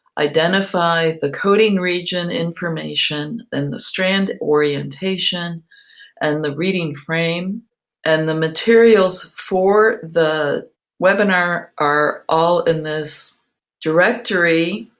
identify the coding region information and the strand orientation and the reading frame and the materials for the webinar are all in this directory.